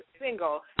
single